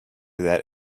that